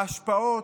ההשפעות,